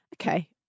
Okay